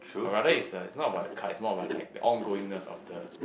or rather it's uh it's not about the card it's more about like the ongoingness of the